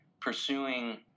pursuing